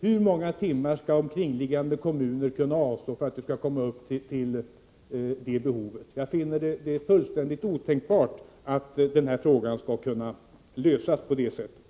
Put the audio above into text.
Hur många timmar skall omkringliggande kommuner kunna avstå för att man skall täcka detta behov? Jag finner det fullständigt otänkbart att den här frågan skall kunna lösas på det sättet.